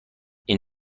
این